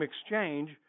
exchange